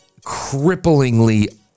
cripplingly